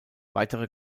weitere